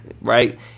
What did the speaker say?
right